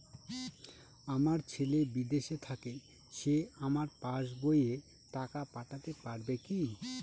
আমার ছেলে বিদেশে থাকে সে আমার পাসবই এ টাকা পাঠাতে পারবে কি?